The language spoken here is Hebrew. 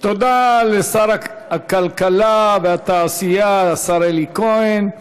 תודה לשר הכלכלה והתעשייה אלי כהן.